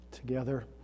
Together